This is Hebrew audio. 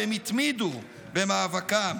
והם התמידו במאבקם.